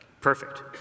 Perfect